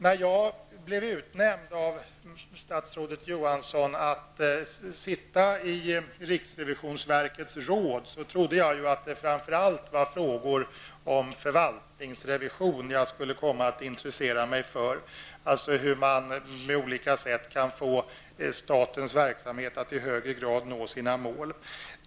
När jag blev utnämnd av statsrådet Johansson att sitta i riksrevisionsverkets råd, trodde jag att det framför allt var frågor om förvaltningsrevision jag skulle komma att intressera mig för, alltså hur man kan få statens verksamhet att i högre grad nå sina mål.